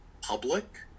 public